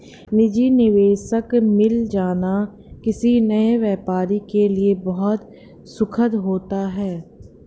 निजी निवेशक मिल जाना किसी नए व्यापारी के लिए बहुत सुखद होता है